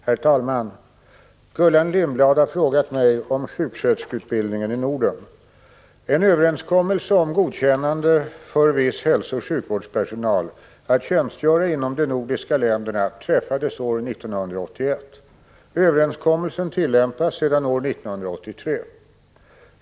Herr talman! Gullan Lindblad har frågat mig om sjuksköterskeutbildningen i Norden. En överenskommelse om godkännande för viss hälsooch sjukvårdspersonalatt tjänstgöra inom de nordiska länderna träffades år 1981. Överenskommelsen tillämpas sedan år 1983.